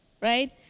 right